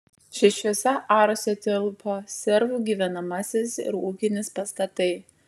šešiuose aruose tilpo servų gyvenamasis ir ūkinis pastatai